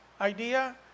idea